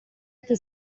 che